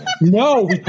No